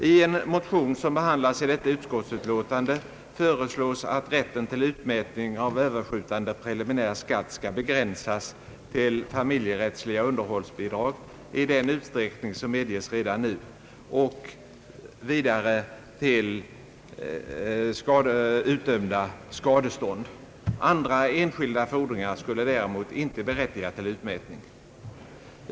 I en motion som behandlas i detta utskottsutlåtande föreslås att rätten till utmätning i Överskjutande preliminär skatt skall begränsas till familjerättsliga underhållsbidrag i den utsträckning som medgives redan nu och vidare till förut utdömda skadeståndsfordringar. Andra enskilda fordringar skulle däremot inte berättiga till utmätning.